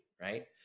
right